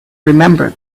remember